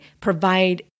provide